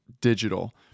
digital